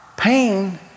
pain